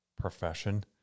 profession